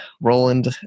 roland